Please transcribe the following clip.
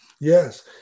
Yes